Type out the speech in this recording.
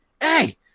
hey